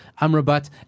Amrabat